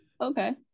okay